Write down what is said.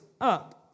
up